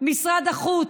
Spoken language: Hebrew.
משרד החוץ,